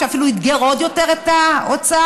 שאפילו אתגר עוד יותר את האוצר,